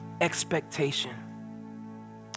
expectation